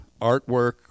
artwork